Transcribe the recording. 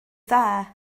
dda